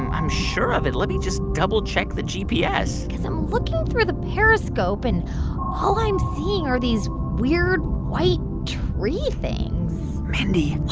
i'm sure of it. let me just double-check the gps. because i'm looking through the periscope, and all i'm seeing are these weird, white tree things mindy. what?